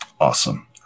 Awesome